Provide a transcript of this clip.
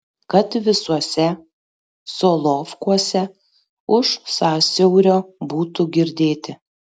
kad visuose solovkuose už sąsiaurio būtų girdėti